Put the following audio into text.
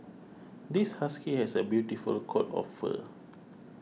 this husky has a beautiful coat of fur